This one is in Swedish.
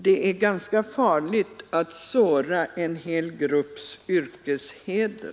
Det är ganska farligt att såra en hel grupps yrkesheder.